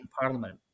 Parliament